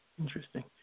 Interesting